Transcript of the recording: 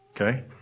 Okay